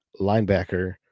linebacker